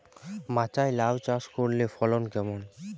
মাচায় লাউ চাষ করলে ফলন কেমন?